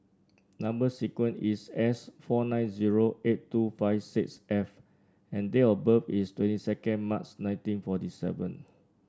number sequence is S four nine zero eight two five six F and date of birth is twenty second March nineteen forty seven